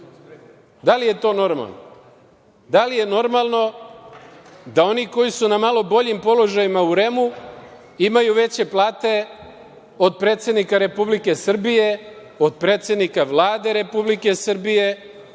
Da li je to normalno? Da li je normalno da oni koji su na malo boljim položajima u REM imaju veće plate od predsednika Republike Srbije, od predsednika Vlade Republike Srbije,